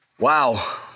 Wow